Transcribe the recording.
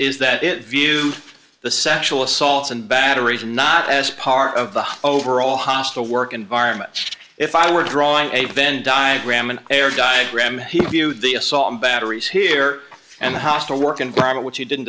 is that it viewed the sexual assaults and batteries and not as part of the overall hostile work environment if i were drawing a venn diagram an air diagram he viewed the assault and battery sphere and a hostile work environment which he didn't